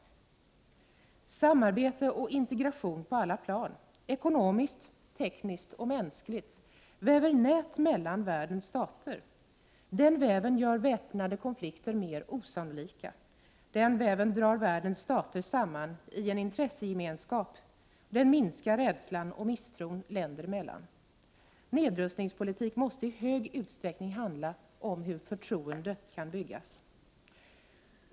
Samarbete och integration på alla plan, ekonomiskt, tekniskt och mänskligt, väver nät mellan världens stater. Den väven gör väpnade konflikter mer osannolika, den väven drar världens stater samman i en intressegemenskap, och den minskar rädslan och misstron länder emellan. Nedrustningspolitik måste i stor utsträckning handla om hur förtroende kan byggas.